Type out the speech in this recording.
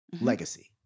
legacy